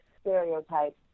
stereotypes